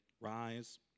rise